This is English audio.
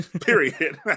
period